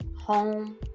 home